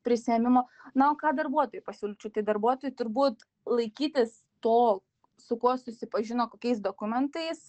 prisiėmimo na o ką darbuotojui pasiūlyčiau tai darbuotojui turbūt laikytis to su kuo susipažino kokiais dokumentais